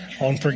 on